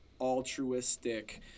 altruistic